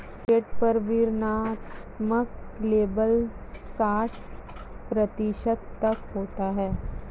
cigarette पर वर्णनात्मक label साठ प्रतिशत तक होता है